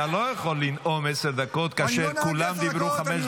--- אתה לא יכול לנאום עשר דקות כאשר כולם דיברו חמש דקות.